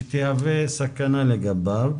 היא תהווה סכנה לגביו.